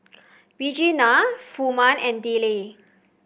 Regena Furman and Dillie